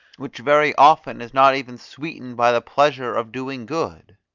which very often is not even sweetened by the pleasure of doing good?